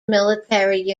military